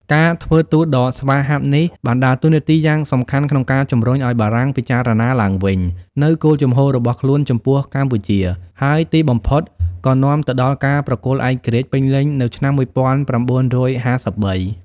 ការធ្វើទូតដ៏ស្វាហាប់នេះបានដើរតួនាទីយ៉ាងសំខាន់ក្នុងការជំរុញឱ្យបារាំងពិចារណាឡើងវិញនូវគោលជំហររបស់ខ្លួនចំពោះកម្ពុជា ហើយទីបំផុតក៏នាំទៅដល់ការប្រគល់ឯករាជ្យពេញលេញនៅឆ្នាំ១៩៥៣។